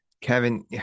Kevin